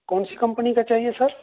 کون سی کمپنی کا چاہیے سر